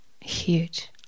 huge